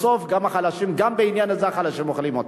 בסוף גם בעניין הזה החלשים אוכלים אותה.